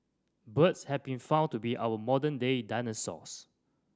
birds have been found to be our modern day dinosaurs